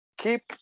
Keep